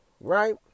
right